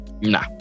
Nah